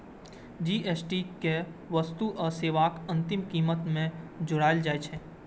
GST कें वस्तु आ सेवाक अंतिम कीमत मे जोड़ल जाइ छै